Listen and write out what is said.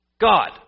God